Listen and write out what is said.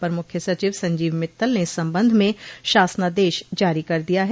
अपर मुख्य सचिव संजीव मित्तल ने इस संबंध में शासनादेश जारी कर दिया है